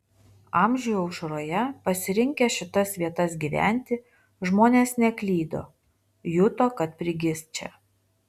amžių aušroje pasirinkę šitas vietas gyventi žmonės neklydo juto kad prigis čia